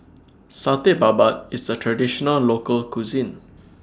Satay Babat IS A Traditional Local Cuisine